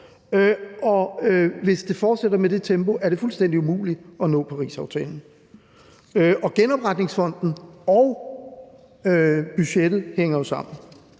Og hvis det fortsætter med det tempo, er det fuldstændig umuligt at nå målet i Parisaftalen. Genopretningsfonden og budgettet hænger jo sammen.